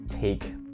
take